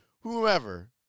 whoever